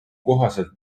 kohaselt